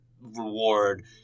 reward